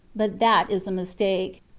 but that is a mistake.